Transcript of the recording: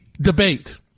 debate